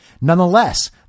Nonetheless